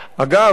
אגב,